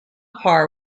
par